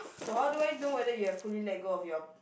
so how do I know whether you have fully let go of your